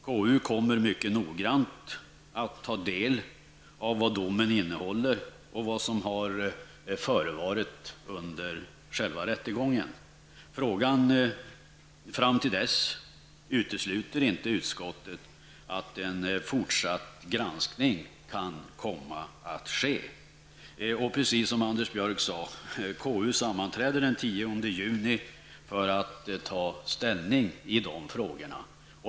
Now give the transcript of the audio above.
KU kommer mycket noggrant att ta del av vad domen innehåller och vad som har förevarit under själva rättegången. Fram till dess utesluter inte utskottet att en fortsatt granskning kan komma att ske. KU sammanträder, precis som Anders Björck sade, den 10 juni för att ta ställning i dessa frågor.